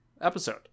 episode